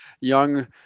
young